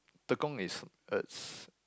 Tekong is is